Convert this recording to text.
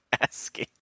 asking